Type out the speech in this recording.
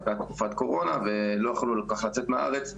זו הייתה תקופת קורונה ולא יכולנו לצאת מהארץ.